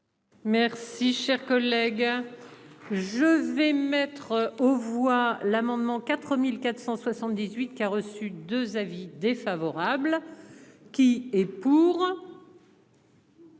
Merci cher collègue hein. Je vais mettre aux voix l'amendement 4478 qui a reçu 2 avis défavorables. Qui est pour.